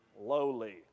Lowly